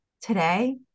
today